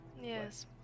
Yes